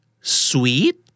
sweet